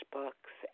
books